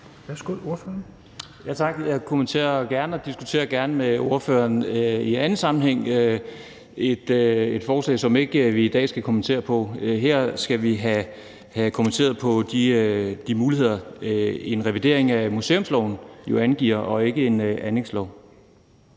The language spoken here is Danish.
10:31 Stén Knuth (V): Tak. Jeg kommenterer gerne og diskuterer gerne med spørgeren i anden sammenhæng et forslag, som vi i dag ikke skal kommentere på. Her skal vi have kommenteret på de muligheder, en revidering af museumsloven og ikke en anlægslov